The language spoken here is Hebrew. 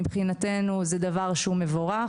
מבחינתנו זה דבר מבורך.